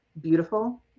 beautiful